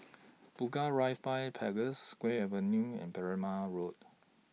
Bunga Rampai Place Gul Avenue and Berrima Road